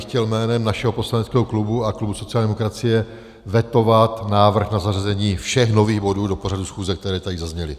Chtěl bych jménem našeho poslaneckého klubu a klubu sociální demokracie vetovat návrh na zařazení všech nových bodů do pořadu schůze, které tady zazněly.